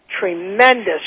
tremendous